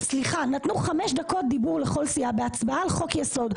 נתנו חמש דקות דיבור לכל סיעה בהצבעה על חוק יסוד.